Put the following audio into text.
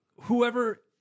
whoever